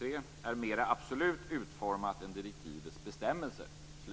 § är mera absolut utformat än direktivets bestämmelser.